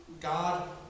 God